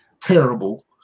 Terrible